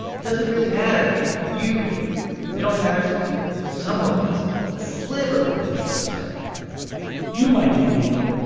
it doesn't really matter if you do it it only matters if someone does it, a sliver of the people he's targeting you might be immune,